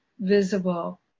visible